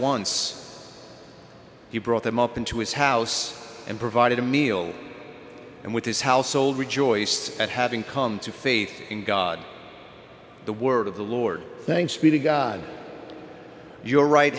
once he brought them up into his house and provided a meal and with his household rejoiced at having come to faith in god the word of the lord thanks be to god your right